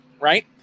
right